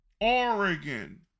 Oregon